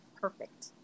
perfect